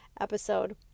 episode